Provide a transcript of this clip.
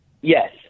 Yes